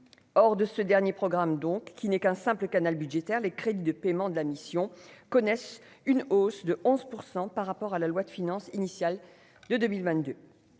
or de ce dernier programme, donc, qui n'est qu'un simple canal budgétaire, les crédits de paiement de la mission connaissent une hausse de 11 % par rapport à la loi de finances initiale de 2022,